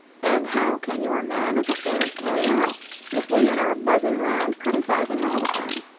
and how can your man of affairs carry on if women are buzzing round criticizing all the time?